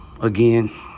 again